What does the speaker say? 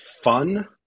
fun